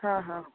ହଁ ହଁ